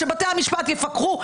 שבתי המשפט יפקחו,